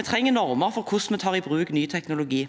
Vi trenger normer for hvordan vi tar i bruk ny teknologi.